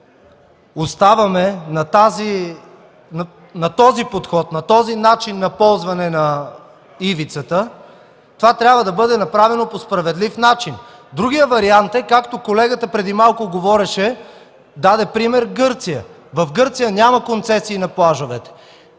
оставаме на този подход, на този начин на ползване на ивицата, това трябва да бъде направено по справедлив начин. Другият вариант е, както колегата преди малко даде пример с Гърция. В Гърция няма концесии на плажовете.